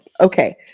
Okay